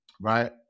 right